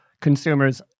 consumers